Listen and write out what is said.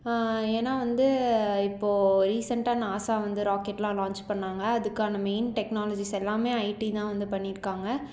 ஏன்னா வந்து இப்போ ரீசண்ட்டாக நாசா வந்து ராக்கெட் எல்லாம் லான்ச் பண்ணாங்க அதுக்கான மெயின் டெக்னாலஜிஸ் எல்லாமே ஐடி தான் வந்து பண்ணி இருக்காங்க